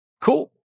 cool